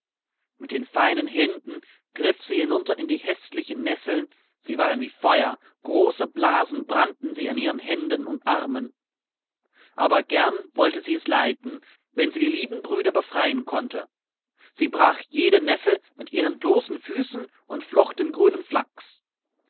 mit den feinen händen griff sie hinunter in die häßlichen nesseln sie waren wie feuer große blasen brannten sie an ihren händen und armen aber gern wollte sie es leiden wenn sie die lieben brüder befreien konnte sie brach jede nessel mit ihren bloßen füßen und flocht den grünen flachs